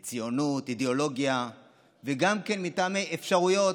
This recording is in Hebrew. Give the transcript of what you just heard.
מציונות, אידיאולוגיה וגם מטעמי אפשרויות,